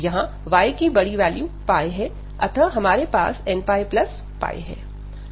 यहां y की बड़ी वैल्यू है अतः हमारे पास nππ है